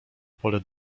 pole